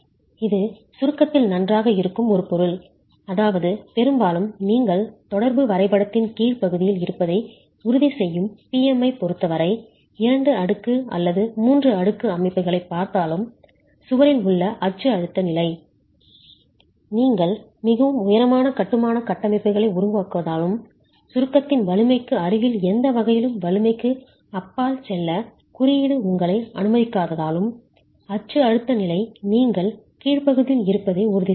இது சுருக்கத்தில் நன்றாக இருக்கும் ஒரு பொருள் அதாவது பெரும்பாலும் நீங்கள் தொடர்பு வரைபடத்தின் கீழ் பகுதியில் இருப்பதை உறுதி செய்யும் P M ஐப் பொறுத்தவரை இரண்டு அடுக்குமூன்று அடுக்கு அமைப்புகளைப் பார்த்தாலும் சுவரில் உள்ள அச்சு அழுத்த நிலை நீங்கள் மிகவும் உயரமான கட்டுமான கட்டமைப்புகளை உருவாக்காததாலும் சுருக்கத்தின் வலிமைக்கு அருகில் எந்த வகையிலும் வலிமைக்கு அப்பால் செல்ல குறியீடு உங்களை அனுமதிக்காததாலும் அச்சு அழுத்த நிலை நீங்கள் கீழ் பகுதியில் இருப்பதை உறுதி செய்யும்